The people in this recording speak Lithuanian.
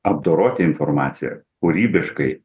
apdoroti informaciją kūrybiškai